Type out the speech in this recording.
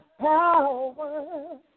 power